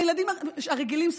הילדים הרגילים,